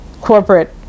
corporate